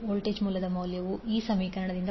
voltage ಮೂಲದ ಮೌಲ್ಯವು VsIsZs j42